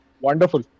Wonderful